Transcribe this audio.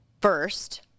first